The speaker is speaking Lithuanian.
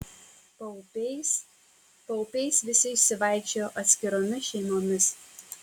paupiais paupiais visi išsivaikščiojo atskiromis šeimomis